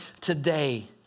today